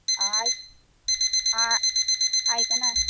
आं आयक आय आयकना